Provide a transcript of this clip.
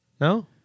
No